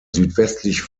südwestlich